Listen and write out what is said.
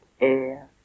air